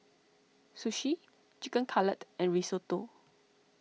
Sushi Chicken Cutlet and Risotto